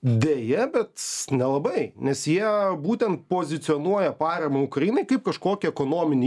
deja bet nelabai nes jie būtent pozicionuoja paramą ukrainai kaip kažkokį ekonominį